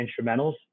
instrumentals